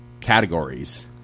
categories